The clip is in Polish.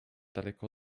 daleko